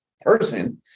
person